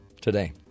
today